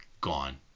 gone